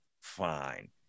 fine